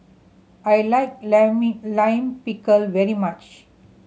I like Lime Pickle very much